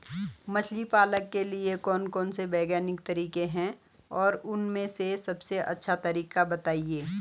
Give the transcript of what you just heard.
मछली पालन के लिए कौन कौन से वैज्ञानिक तरीके हैं और उन में से सबसे अच्छा तरीका बतायें?